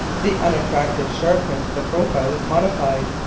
the unattractive sharpness of the profile is modified,